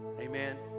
Amen